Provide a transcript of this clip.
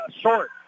Short